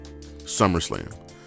SummerSlam